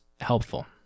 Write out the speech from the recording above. helpful